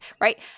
Right